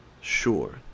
Sure